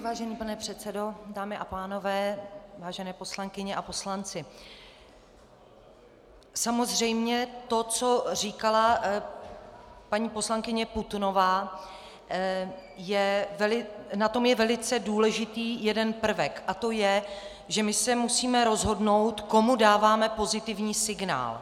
Vážený pane předsedo, dámy a pánové, vážené poslankyně a poslanci, samozřejmě to, co říkala paní poslankyně Putnová na tom je velice důležitý jeden prvek a to je, že se musíme rozhodnout, komu dáváme pozitivní signál.